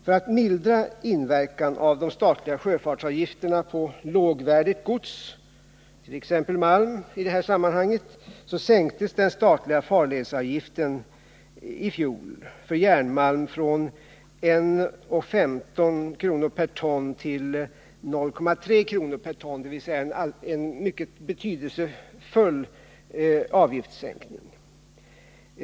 För att mildra inverkan av de statliga sjöfartsavgifterna på lågvärdigt gods, som t.ex. i det här sammanhanget malm, sänktes den statliga farledsavgiften för järnmalm från 1:15 kr. per ton till 0:30 kr. per ton i fjol. Det var en mycket betydelsefull avgiftssänkning.